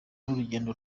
n’urugendo